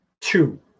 two